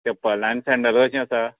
चप्पल आनी सेंडल कशी आसा